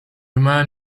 man